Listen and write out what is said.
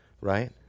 Right